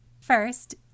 First